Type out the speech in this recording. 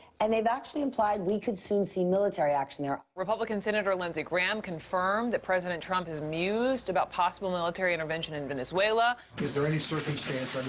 and they've actually implied we could soon see military action there. republican senator lindsey graham confirmed that president trump has mused about possible military intervention in venezuela. is there any circumstance